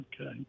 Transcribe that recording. okay